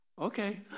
Okay